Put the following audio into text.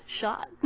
shot